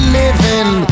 living